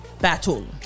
battle